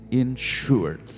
insured